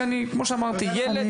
כי כמו שאמרתי,